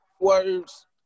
words